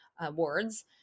awards